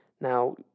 now